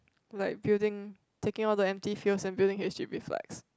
like building taking all the empty fuse and building H_D_B flats